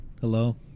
Hello